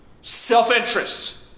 self-interest